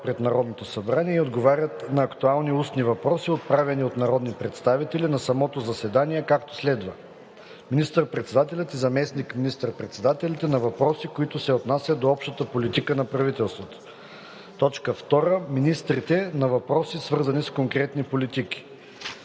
пред Народното събрание и отговарят на актуални устни въпроси, отправени от народни представители на самото заседание, както следва: 1. министър-председателят и заместник министър-председателите на въпроси, които се отнасят до общата политика на правителството; 2. министрите – на въпроси, свързани с конкретни политики.